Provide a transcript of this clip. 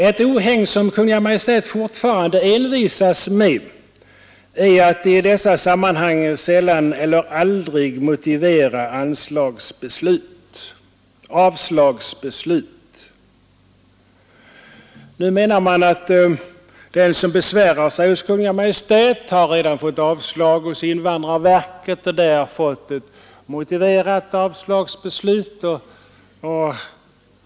Ett ohägn som Kungl. Maj:t fortfarande envisas med är att i dessa sammanhang sällan eller aldrig motivera avslagsbeslut. Nu menar man att Nr 74 den som besvärar sig hos Kungl. Maj:t redan fått mottaga ett motiverat Torsdagen den avslagsbeslut från invandrarverket.